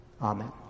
Amen